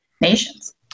nations